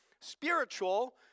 spiritual